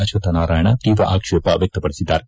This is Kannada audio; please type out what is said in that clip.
ಅಶ್ವಥ್ ನಾರಾಯಣ ತೀವ್ರ ಆಕ್ಷೇಪ ವ್ಯಕ್ತಪಡಿಸಿದ್ದಾರೆ